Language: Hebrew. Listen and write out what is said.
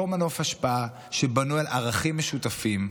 אותו מנוף השפעה שבנוי על ערכים משותפים,